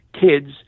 kids